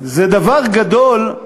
זה דבר גדול.